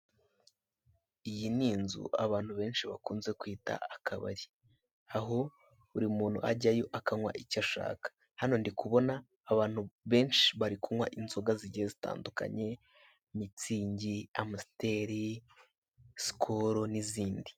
Iyi n'inzu abantu benshi bakunze kwita akabari aho burimuntu ajyayo akankwa icyo ashaka, hano ndikubona abantu benshi bari kunkwa inzoga zigiye zitandukanye mitsingi, amusiteri, sikoro nizindi.